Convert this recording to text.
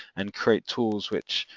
and create tools which,